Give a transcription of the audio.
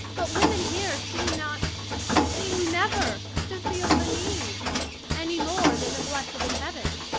but women here seem not seem never to feel the need any more than the blessed in heaven.